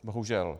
Bohužel.